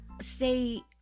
say